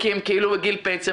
כי הם כאילו בגיל פנסיה.